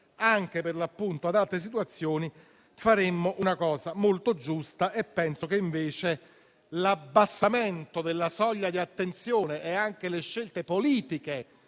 anche ad altre situazioni, faremmo una cosa molto giusta. Penso invece che l'abbassamento della soglia di attenzione e le scelte politiche